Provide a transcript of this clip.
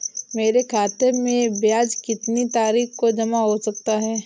मेरे खाते में ब्याज कितनी तारीख को जमा हो जाता है?